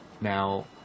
Now